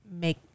make